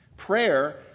Prayer